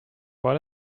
what